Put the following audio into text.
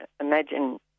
Imagine